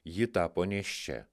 ji tapo nėščia